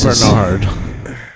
Bernard